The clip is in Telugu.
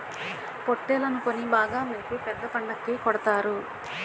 పోట్టేల్లని కొని బాగా మేపి పెద్ద పండక్కి కొడతారు